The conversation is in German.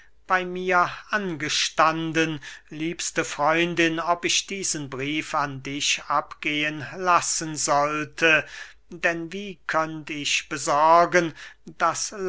bey mir angestanden liebste freundin ob ich diesen brief an dich abgehen lassen sollte denn wie könnt ich besorgen daß